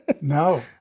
No